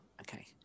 okay